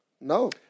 No